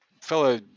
fellow